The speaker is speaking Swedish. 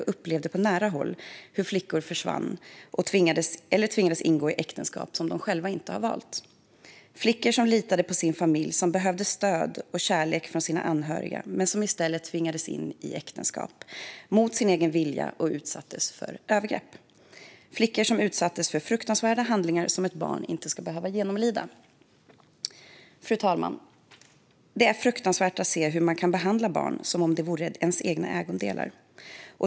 Jag upplevde på nära håll hur flickor försvann eller tvingades ingå äktenskap som de själva inte hade valt - flickor som litade på sin familj och som behövde stöd och kärlek från sina anhöriga men som i stället tvingades in i äktenskap mot sin vilja och utsattes för övergrepp, flickor som utsattes för fruktansvärda handlingar som ett barn inte ska behöva genomlida. Fru talman! Det är fruktansvärt att se hur man kan behandla barn som om de vore ens egna ägodelar.